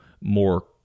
more